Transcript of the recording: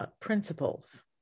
principles